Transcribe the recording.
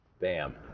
Bam